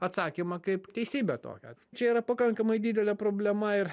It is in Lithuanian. atsakymą kaip teisybę tokią čia yra pakankamai didelė problema ir